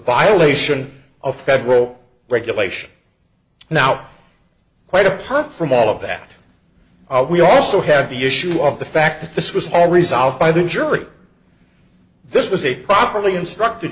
violation of federal regulation now quite apart from all of that we also have the issue of the fact that this was all resolved by the jury this was a properly instruct